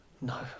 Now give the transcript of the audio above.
no